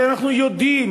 הרי אנחנו יודעים